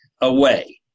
away